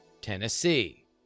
Tennessee